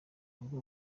ngo